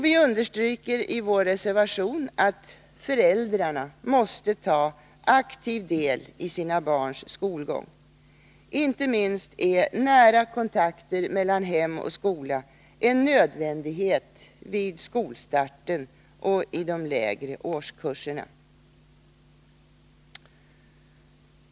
Vi understryker i vår reservation att föräldrarna måste ta aktiv del i sina barns skolgång. Inte minst är nära kontakter mellan hem och skola en nödvändighet vid skolstarten och i de lägre årskurserna.